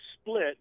split